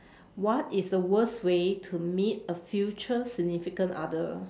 what is the worst way to meet a future significant other